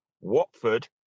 Watford